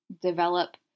develop